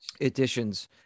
Editions